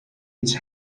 its